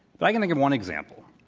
but i can think of one example.